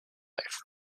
life